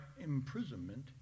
imprisonment